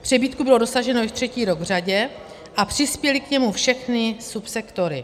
Přebytku bylo dosaženo již třetí rok v řadě a přispěly k němu všechny subsektory.